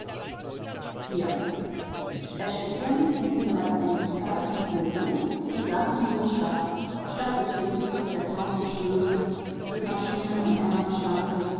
erstickend in ihrer engigkeit und öde die gartenlose stadt stadt des rußes der tausend schlöte des maschinen und